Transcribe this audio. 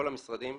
כל המשרדים,